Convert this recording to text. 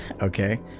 okay